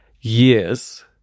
years